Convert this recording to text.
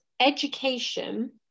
education